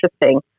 interesting